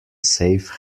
safe